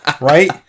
right